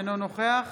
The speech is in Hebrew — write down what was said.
אינו נוכח